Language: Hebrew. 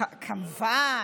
כמובן.